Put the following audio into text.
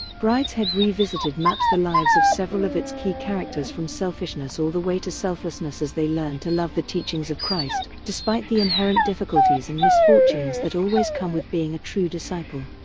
brideshead revisited maps the lives of several of its key characters from selfishness all the way to selflessness as they learn to love the teachings of christ despite the inherent difficulties and misfortunes that always come with being a true disciple.